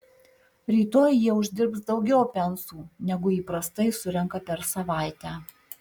rytoj jie uždirbs daugiau pensų negu įprastai surenka per savaitę